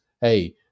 hey